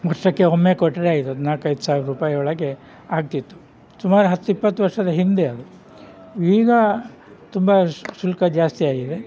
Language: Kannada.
ವರ್ಷಕ್ಕೆ ಒಮ್ಮೆ ಕೊಟ್ಟರೆ ಆಯತು ಒಂದು ನಾಲ್ಕೈದು ಸಾವ್ರ ರೂಪಾಯಿ ಒಳಗೆ ಆಗ್ತಿತ್ತು ಸುಮಾರು ಹತ್ತು ಇಪ್ಪತ್ತು ವರ್ಷದ ಹಿಂದೆ ಅದು ಈಗ ತುಂಬ ಶುಲ್ಕ ಜಾಸ್ತಿಯಾಗಿದೆ